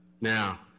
Now